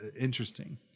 interesting